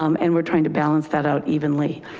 um and we're trying to balance that out evenly.